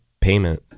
payment